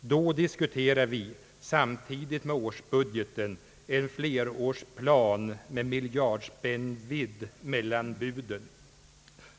Då diskuterade vi samtidigt med årsbudgeten en flerårsplan med miljardspännvidd mellan buden.